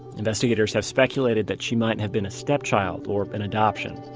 investigators have speculated that she might have been a step-child or an adoption